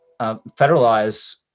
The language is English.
federalize